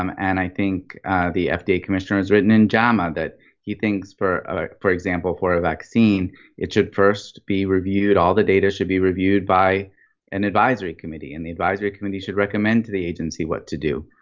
um and i think the fda commissioner has written in jama that he thinks for ah for example, for a vaccine it should first be reviewed all the data should be reviewed by an advisory committee. and the advisory committee should recommend to the agency what to do.